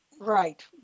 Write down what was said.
Right